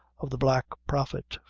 of the black prophet,